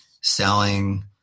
selling